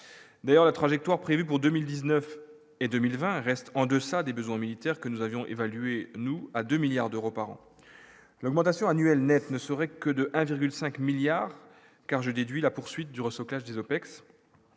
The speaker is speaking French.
d'ailleurs la trajectoire prévue pour 2000 19 et 2020 reste en deçà des besoins militaires que nous avions évalué nous à 2 milliards d'euros par an, l'augmentation annuelle nette ne serait que de 1,5 milliard car j'ai déduit la poursuite du recyclage des OPEX.